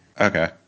Okay